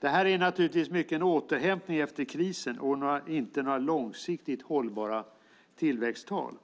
Detta är naturligtvis mycket en återhämtning efter krisen, och inte några långsiktigt hållbara tillväxttal.